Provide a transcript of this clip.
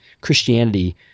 christianity